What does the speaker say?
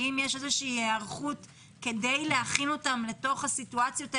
האם יש איזושהי היערכות כדי להכין אותם לסיטואציות האלה?